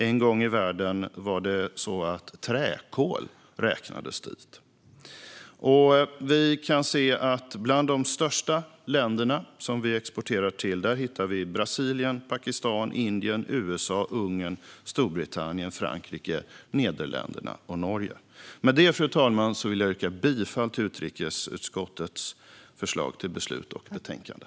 En gång i världen räknades träkol dit. Vi kan se att bland de största länder som vi exporterar till hittar vi Brasilien, Pakistan, Indien, USA, Ungern, Storbritannien, Frankrike, Nederländerna och Norge. Med detta, fru talman, vill jag yrka bifall till utrikesutskottets förslag till beslut och betänkande.